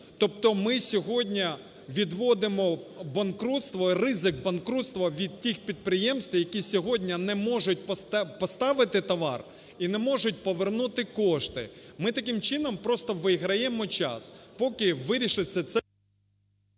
тобто ми сьогодні відводимо банкрутство і ризик банкрутства від тих підприємств, які сьогодні не можуть поставити товар і не можуть повернути кошти. Ми таким чином просто виграємо час, поки вирішиться це…